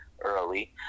early